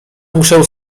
muszę